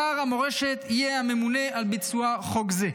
שר המורשת יהיה הממונה על ביצוע חוק זה.